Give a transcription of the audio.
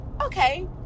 Okay